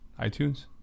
iTunes